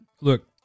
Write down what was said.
look